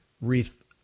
wreath